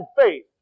faith